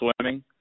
swimming